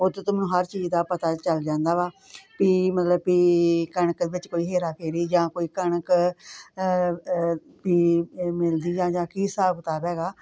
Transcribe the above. ਉੱਥੇ ਤੋਂ ਮੈਨੂੰ ਹਰ ਚੀਜ਼ ਦਾ ਪਤਾ ਚੱਲ ਜਾਂਦਾ ਵਾ ਵੀ ਮਤਲਬ ਕਿ ਕਣਕ ਦੇ ਵਿੱਚ ਕੋਈ ਹੇਰਾ ਫੇਰੀ ਜਾਂ ਕੋਈ ਕਣਕ ਵੀ ਮਿਲਦੀ ਆ ਜਾਂ ਕੀ ਹਿਸਾਬ ਕਿਤਾਬ ਹੈਗਾ